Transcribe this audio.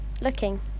Looking